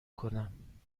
کنم